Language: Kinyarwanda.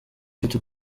ifite